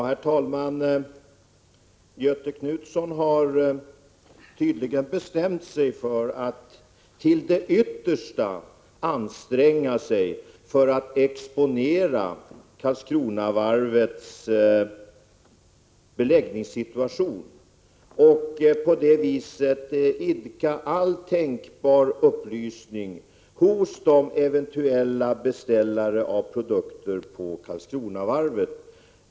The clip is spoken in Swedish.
Herr talman! Göthe Knutson har tydligen bestämt sig för att till det yttersta anstränga sig för att exponera Karlskronavarvets beläggningssituation för att på det sättet sprida all tänkbar upplysning till eventuella beställare av produkter från Karlskronavarvet.